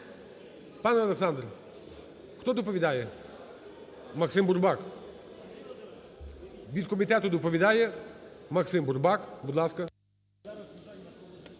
Пане Олександр, хто доповідає? Максим Бурбак. Від комітету доповідає Максим Бурбак, будь ласка.